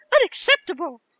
Unacceptable